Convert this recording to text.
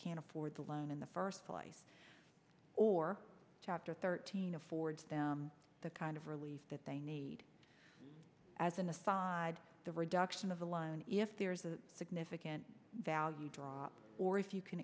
can't afford the loan in the first slice or chapter thirteen affords them the kind of relief that they need as an aside the reduction of the loan if there is a significant value drop or if you can